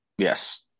Yes